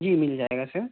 جی مل جائے گا سر